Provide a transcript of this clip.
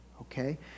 okay